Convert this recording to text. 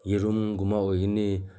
ꯌꯦꯔꯨꯝꯒꯨꯝꯕ ꯑꯣꯏꯒꯅꯤ